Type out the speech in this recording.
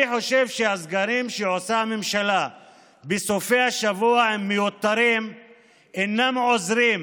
אני חושב שהסגרים שעושה הממשלה בסופי השבוע הם מיותרים ואינם עוזרים